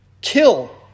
kill